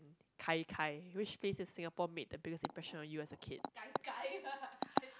kai kai which place in Singapore made the biggest impression of you as a kid